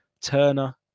Turner